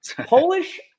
Polish